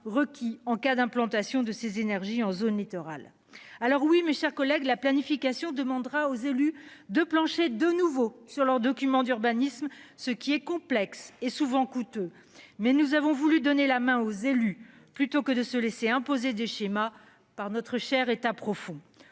requis en cas d'implantation de ces énergies en zone littorale. Alors oui, mes chers collègues, la planification demandera aux élus de plancher de nouveau sur leur document d'urbanisme, ce qui est complexe et souvent coûteux mais nous avons voulu donner la main aux élus plutôt que de se laisser imposer des schémas par notre cher État profond